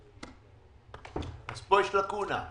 פה יש לקונה.